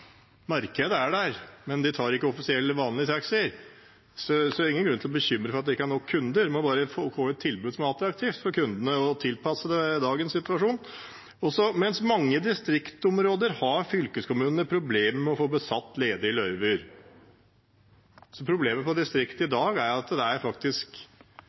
Markedet er der, men man tar ikke offisiell, vanlig taxi. Så det er ingen grunn til å bekymre seg for at det ikke er nok kunder, man må bare få et tilbud som er attraktivt for kundene og tilpasset dagens situasjon. I mange distriktsområder har fylkeskommunene problemer med å få besatt ledige løyver. Problemet for distriktene i dag er at det faktisk er